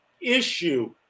issue